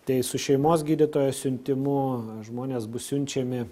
tai su šeimos gydytojo siuntimu žmonės bus siunčiami